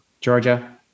Georgia